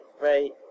right